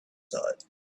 thought